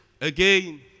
again